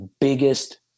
biggest